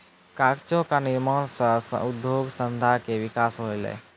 कागजो क निर्माण सँ उद्योग धंधा के विकास होलय